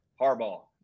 Harbaugh